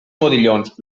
modillons